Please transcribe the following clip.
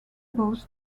both